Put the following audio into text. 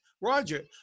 Roger